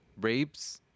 rapes